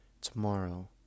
Tomorrow